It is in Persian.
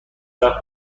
وقت